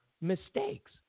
mistakes